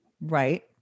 Right